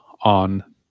on